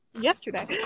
yesterday